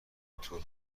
طول